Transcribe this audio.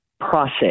process